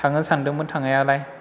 थांनो सान्दोंमोन थांनायालाय